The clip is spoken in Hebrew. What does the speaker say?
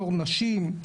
תור נשים.